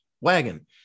wagon